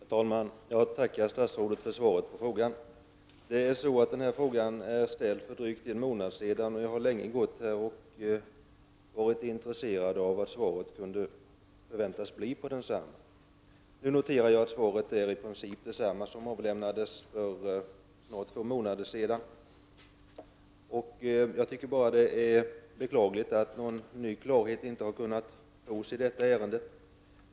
Herr talman! Jag tackar statsrådet för svaret på min fråga. Jag ställde frågan för drygt en månad sedan och har länge med intresse sett fram emot svaret på densamma. Jag noterar att svaret i princip är detsamma som det svar som lämnades för två månader sedan. Jag tycker att det är beklagligt att någon klarhet inte har kunnat nås i detta ärende.